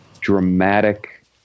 dramatic